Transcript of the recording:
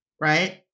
right